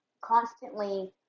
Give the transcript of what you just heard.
constantly